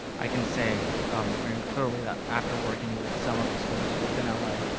i can say very clearly that after working with some of the scores within ah la.